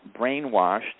brainwashed